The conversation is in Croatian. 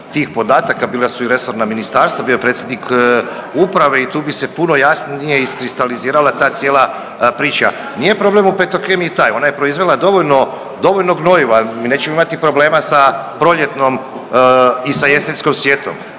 tih podataka, bila su i resorna ministarstva bio je predsjednik uprave i tu bi se puno jasnije iskristalizirala ta cijela priča. Nije problem u Petrokemiji taj ona je proizvela dovoljno gnojiva, mi nećemo imati problema sa proljetnom i sa jesenskom sjetvom,